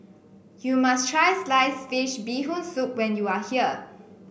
you must try slice fish Bee Hoon Soup when you are here